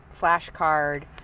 flashcard